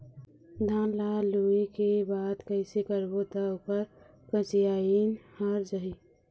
धान ला लुए के बाद कइसे करबो त ओकर कंचीयायिन हर जाही?